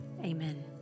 amen